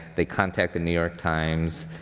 they contact the new york times.